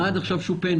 על מה שופינו עד עכשיו?